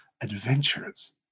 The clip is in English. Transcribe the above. adventures